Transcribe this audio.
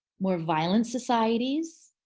more violent societies,